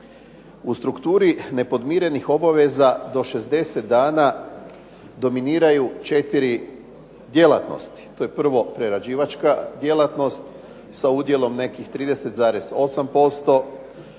U strukturi nepodmirenih obveza do 60 dana dominiraju 4 djelatnosti. To je prvo prerađivačka djelatnost sa udjelom nekih 30,8%,